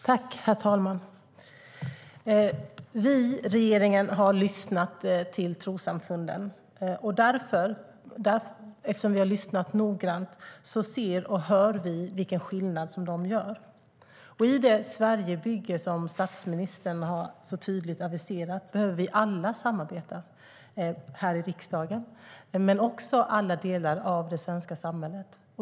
Herr talman! Vi i regeringen har lyssnat på trossamfunden. Eftersom vi har lyssnat noggrant ser och hör vi vilken skillnad de gör. I det Sverigebygge som statsministern så tydligt har aviserat behöver vi alla samarbeta - här i riksdagen men också i alla delar av det svenska samhället.